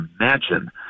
imagine